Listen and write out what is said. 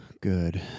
good